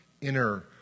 inner